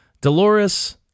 Dolores